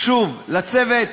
שוב לצוות.